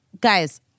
Guys